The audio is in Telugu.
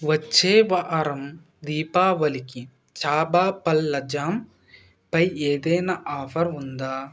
వచ్చేవారం దీపావళికి చాబా పళ్ళ జామ్పై ఏదైనా ఆఫర్ ఉందా